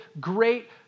great